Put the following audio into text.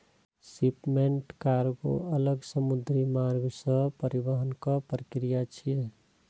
shipment कार्गों अलग समुद्री मार्ग सं परिवहनक प्रक्रिया छियै